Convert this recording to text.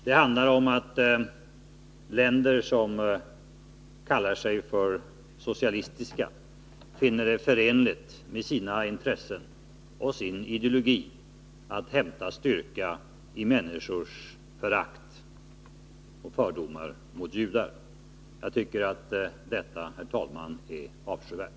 Det handlar om att länder som kallar sig för socialistiska finner det förenligt med sina intressen och sin ideologi att hämta styrka i människors förakt och fördomar mot judar. Jag tycker, herr talman, att detta är avskyvärt.